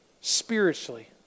spiritually